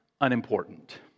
unimportant